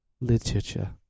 literature